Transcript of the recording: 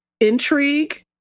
intrigue